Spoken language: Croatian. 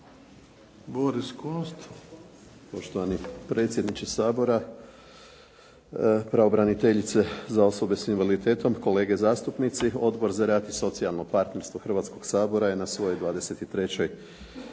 Boris (HDZ)** Poštovani predsjedniče Sabora, pravobraniteljice za osobe s invaliditetom, kolege zastupnici. Odbor za rad i socijalno partnerstvo Hrvatskoga sabora je na svojoj 23.